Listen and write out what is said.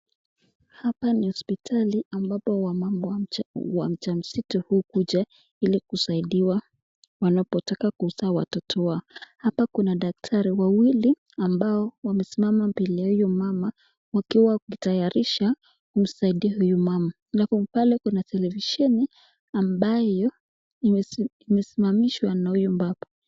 Hapa ni hosiptali ambapo wamama wajamzito hukuja ili kusaidiwa wanapotaka kuzaa watoto wao, hapa kuna daktari wawili ambao wamesimama mbele ya huyu mama wakiwa wakitayarisha kumsaidia huyu mama, Halafu pale kuna televisheni ambayo imesimamishwa na huyu mbaba.